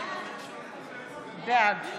בעד